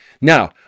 Now